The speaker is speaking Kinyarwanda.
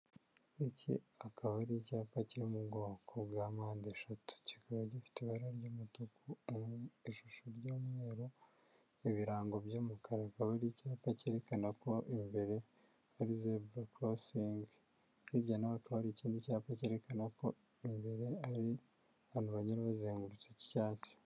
Iki akaba ari icyapa kiri mu bwoko bwa mandeda eshatu, kikaba gifite ibara ry'umutuku, ishusho ry'umweru, ibirango by'umukara. Akaba ari icyapa cyerekana ko imbere ari zebra crossing hirya naho haka hari ikindi cyapa cyerekana ko imbere ari ahantu banyura bazengurutse ik'icyatsi.